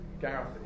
Gareth